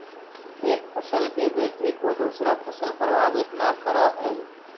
एक फसल की वृद्धि को दूसरा फसल प्रभावित न करअ हई